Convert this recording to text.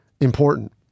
important